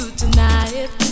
tonight